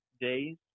days